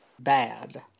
bad